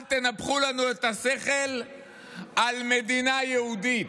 אל תנפחו לנו את השכל על מדינה יהודית.